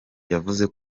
yavuze